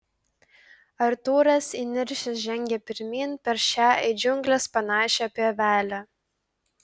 artūras įniršęs žengia pirmyn per šią į džiungles panašią pievelę